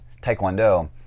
Taekwondo